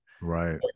Right